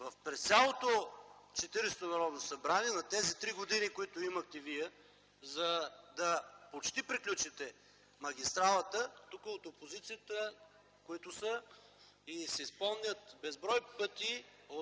През цялото 40-о Народно събрание, на тези три години, които имахте вие, за да приключите почти магистралата, тука от опозицията, които са, си спомнят – безброй пъти